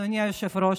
אדוני היושב-ראש,